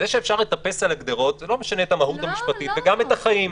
זה שאפשר לטפס על הגדרות זה לא משנה את המהות המשפטית וגם את החיים.